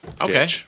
okay